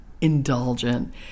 indulgent